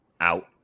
out